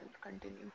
continue